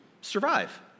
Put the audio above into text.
survive